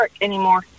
anymore